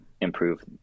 improve